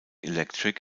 electric